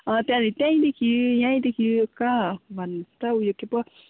अँ त्यहाँदेखि त्यहीँदेखि यहीँदेखि कहाँ भन्नुहोस् त उयो के पो